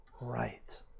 right